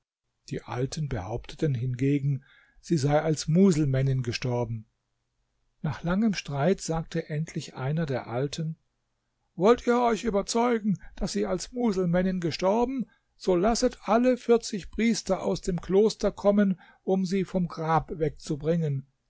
die alten behaupteten hingegen sie sei als muselmännin gestorben nach langem streit sagte endlich einer der alten wollt ihr euch überzeugen daß sie als muselmännin gestorben so lasset alle vierzig priester aus dem kloster kommen um sie vom grab wegzubringen